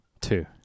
Two